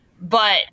But-